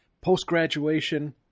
post-graduation